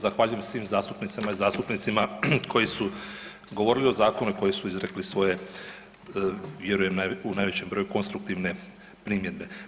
Zahvaljujem svim zastupnicama i zastupnicima koji su govorili o zakonu i koji su izrekli svoje, vjerujem u najvećem broju, konstruktivne primjedbe.